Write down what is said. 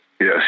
Yes